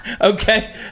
Okay